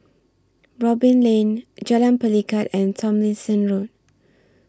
Robin Lane Jalan Pelikat and Tomlinson Road